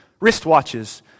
wristwatches